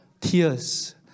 tears